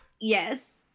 Yes